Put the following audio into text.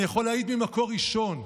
אני יכול להעיד ממקור ראשון,